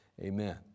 Amen